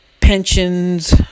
pensions